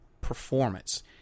performance